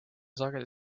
sageli